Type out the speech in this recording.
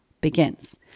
begins